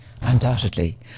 undoubtedly